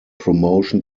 promotion